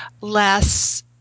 less